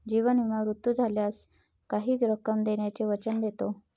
जीवन विमा मृत्यू झाल्यास काही रक्कम देण्याचे वचन देतो